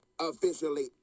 officially